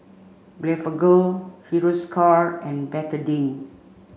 Blephagel Hiruscar and Betadine